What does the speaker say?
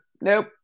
Nope